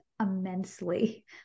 immensely